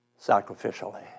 sacrificially